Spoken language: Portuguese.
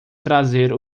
trazer